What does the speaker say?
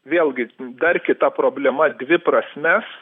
vėlgi dar kita problema dvi prasmes